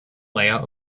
layout